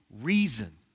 reason